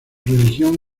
religión